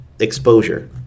exposure